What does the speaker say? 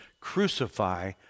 crucify